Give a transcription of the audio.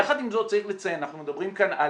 יחד עם זאת צריך לציין, אנחנו מדברים כאן על